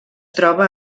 troba